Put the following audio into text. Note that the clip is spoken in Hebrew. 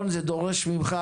זה דורש ממך,